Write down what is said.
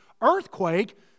earthquake